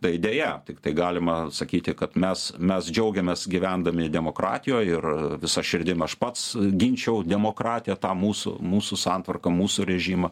tai deja tiktai galima sakyti kad mes mes džiaugiamės gyvendami demokratijoj ir visa širdim aš pats ginčiau demokratiją tą mūsų mūsų santvarką mūsų režimą